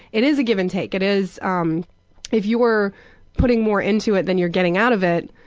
it is a give and take. it is um if you were putting more into it than you're getting out of it,